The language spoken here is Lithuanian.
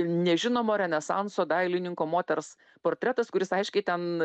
nežinomo renesanso dailininko moters portretas kuris aiškiai ten